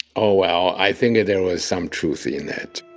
oh, well. i think there was some truth in that